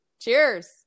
Cheers